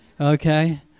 Okay